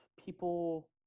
people